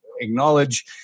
acknowledge